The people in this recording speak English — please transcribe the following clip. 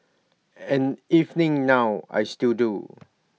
and evening now I still do